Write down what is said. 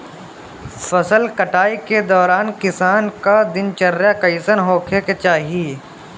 फसल कटाई के दौरान किसान क दिनचर्या कईसन होखे के चाही?